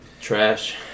Trash